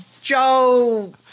Joe